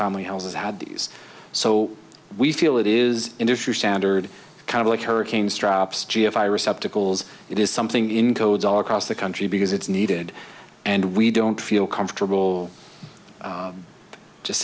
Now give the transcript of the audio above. family houses had these so we feel it is industry standard kind of like hurricane straps g f i receptacles it is something in codes all across the country because it's needed and we don't feel comfortable just